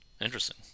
Interesting